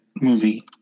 movie